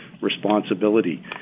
responsibility